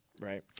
right